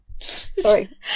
Sorry